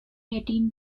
eighteen